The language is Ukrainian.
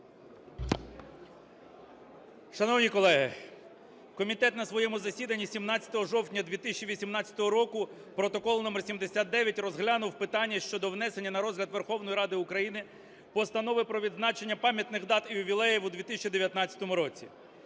Шановні колеги, комітет на своєму засіданні 17 жовтня 2018 року (протокол №79) розглянув питання щодо внесення на розгляд Верховної Ради України Постанови про відзначення пам'ятних дат і ювілеїв у 2019 році.